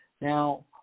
Now